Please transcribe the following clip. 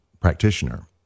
practitioner